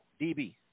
DB